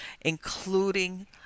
including